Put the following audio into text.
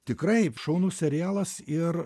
tikrai šaunus serialas ir